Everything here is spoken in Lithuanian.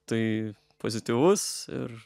tai pozityvus ir